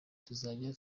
tuzajya